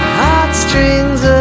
heartstrings